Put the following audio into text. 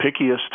pickiest